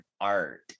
art